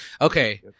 okay